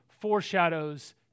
foreshadows